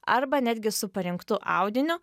arba netgi su parinktu audiniu